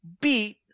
beat